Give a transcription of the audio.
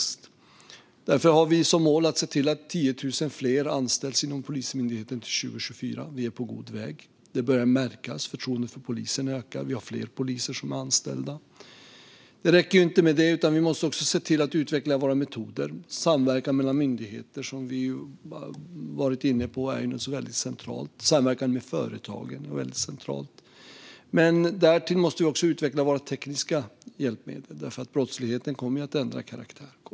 Därför har vi som mål att se till att 10 000 fler anställs inom Polismyndigheten till 2024, och vi är på god väg. Det börjar märkas. Förtroendet för polisen ökar. Vi har fler poliser som är anställda. Det räcker inte med detta, utan vi måste också se till att utveckla våra metoder. Samverkan mellan myndigheter, som vi har varit inne på, är något väldigt centralt. Samverkan med företagen är väldigt centralt. Men därtill måste vi också utveckla våra tekniska hjälpmedel eftersom brottsligheten kommer att ändra karaktär.